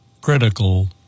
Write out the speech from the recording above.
critical